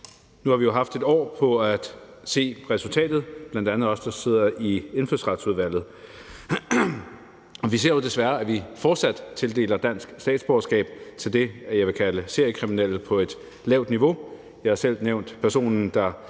Nu har vi jo haft et år til at se resultatet, bl.a. os, der sidder i Indfødsretsudvalget, og vi ser jo desværre, at vi fortsat tildeler dansk statsborgerskab til nogle, jeg vil kalde seriekriminelle på et lavt niveau. Jeg har selv nævnt personen, der